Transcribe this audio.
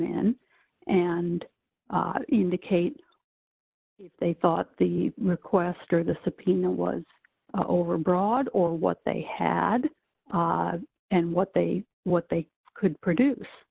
in and indicate if they thought the request or the subpoena was overbroad or what they had and what they what they could produce